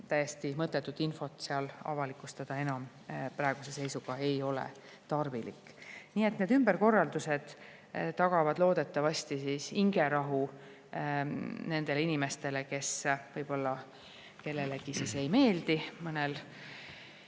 täiesti mõttetut infot seal avalikustada enam praeguse seisuga ei ole tarvilik. Nii et need ümberkorraldused tagavad loodetavasti hingerahu nendele inimestele, kes võib-olla kellelegi ei meeldi mõnel